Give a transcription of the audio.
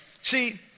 See